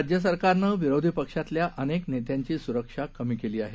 राज्य सरकारनं विरोधी पक्षातल्या अनेक नेत्यांची सुरक्षा कमी केले आहेत